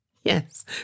Yes